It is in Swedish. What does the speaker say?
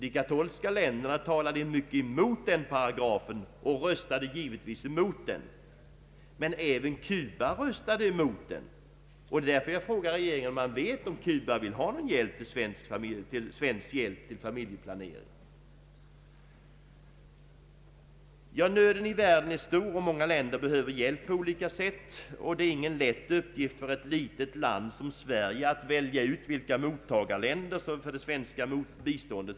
De katolska länderna talade mycket emot denna paragraf och röstade givetvis emot den. även Cuba röstade emot, och det är därför jag frågar om regeringen vet huruvida Cuba vill ha svensk hjälp till familjeplanering. Nöden i världen är stor, och många länder behöver hjälp på olika sätt. Det är därför ingen lätt uppgift för ett litet land som Sverige att välja ut vilka mottagarländer som skall få svenskt bistånd.